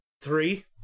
three